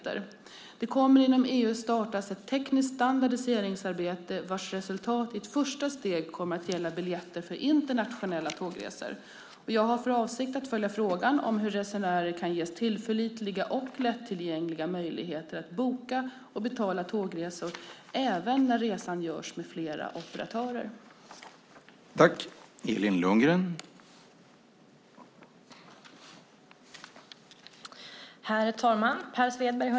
Inom EU kommer det att startas ett tekniskt standardiseringsarbete vars resultat i ett första steg kommer att gälla biljetter för internationella tågresor. Jag har för avsikt att följa frågan om hur resenärer tillförlitligt och lättillgängligt kan boka och betala tågresor även när resan görs med flera operatörer. Då Per Svedberg, som framställt interpellationen, anmält att han var förhindrad att närvara vid sammanträdet medgav talmannen att Elin Lundgren i stället fick delta i överläggningen.